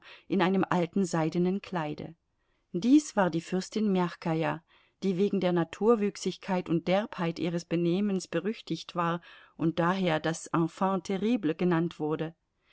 in einem alten seidenen kleide dies war die fürstin mjachkaja die wegen der naturwüchsigkeit und derbheit ihres benehmens berüchtigt war und daher das enfant terrible genannt wurde